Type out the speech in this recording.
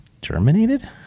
germinated